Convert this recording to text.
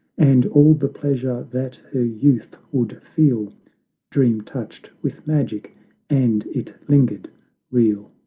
and all the pleasure that her youth would feel dream touched with magic and it lingered real.